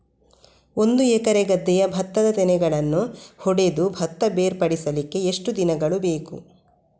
ಒಂದು ಎಕರೆ ಗದ್ದೆಯ ಭತ್ತದ ತೆನೆಗಳನ್ನು ಹೊಡೆದು ಭತ್ತ ಬೇರ್ಪಡಿಸಲಿಕ್ಕೆ ಎಷ್ಟು ದಿನಗಳು ಬೇಕು?